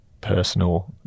personal